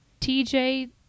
tj